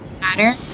matter